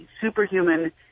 superhuman